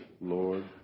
Lord